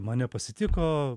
mane pasitiko